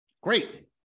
Great